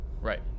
Right